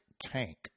tank